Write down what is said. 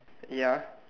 ya